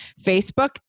Facebook